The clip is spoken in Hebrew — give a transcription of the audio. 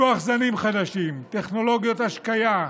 פיתוח זנים חדשים, טכנולוגיות השקיה,